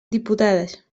diputades